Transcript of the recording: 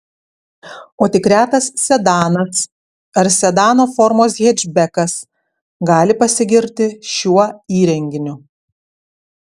o tik retas sedanas ar sedano formos hečbekas gali pasigirti šiuo įrenginiu